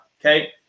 Okay